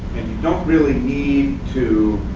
don't really need to